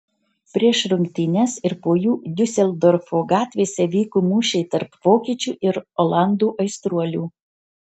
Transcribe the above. prieš rungtynes ir po jų diuseldorfo gatvėse vyko mūšiai tarp vokiečių ir olandų aistruolių